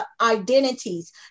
identities